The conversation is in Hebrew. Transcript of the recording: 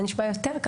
אני מניפה.